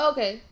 Okay